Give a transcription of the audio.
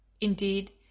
Indeed